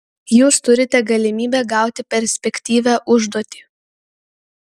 jūs turite galimybę gauti perspektyvią užduoti